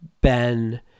Ben